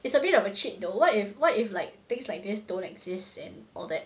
it's a bit of a cheat though what if what if like things like this don't exist and all that